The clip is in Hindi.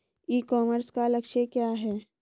ई कॉमर्स का लक्ष्य क्या है?